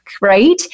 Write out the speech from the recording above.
right